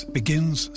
begins